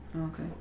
Okay